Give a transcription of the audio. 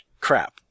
crap